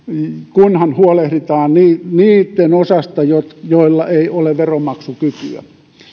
kunhan huolehditaan niitten osasta joilla joilla ei ole veronmaksukykyä